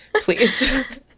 please